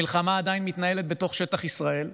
המלחמה עדיין מתנהלת בתוך שטח ישראל.